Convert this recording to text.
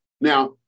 Now